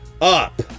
up